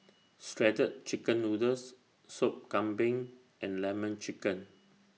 Shredded Chicken Noodles Sop Kambing and Lemon Chicken